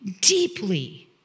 deeply